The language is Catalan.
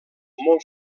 molt